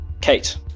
kate